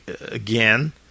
again